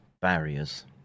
barriers